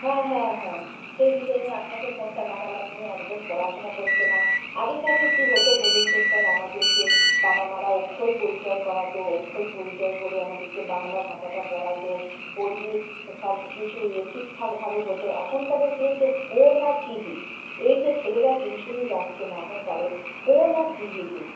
হ্যাঁ হ্যাঁ হ্যাঁ সেই হিসেবে আপনাকে ফোনটা লাগালাম মেয়ে একদম পড়াশুনো করছে না আগেকার কী হতো বলুন তো স্যার আমাদেরকে বাবা মা রা অক্ষর পরিচয় করাত অক্ষর পরিচয় করিয়ে আমাদেরকে বাংলা ভাষাটা পড়াত পড়িয়ে সব কিছু ঠিকঠাকভাবে হতো এখনকার কী হচ্ছে ফোন আর টি ভি এই যে ছেলেরা টিউশন যাচ্ছে না এখনকার ফোন আর টি ভি তে